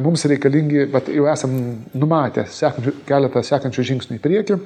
mums reikalingi bet jau esam numatę sekančių keletą sekančių žingsnių į priekį